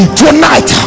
tonight